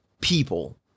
people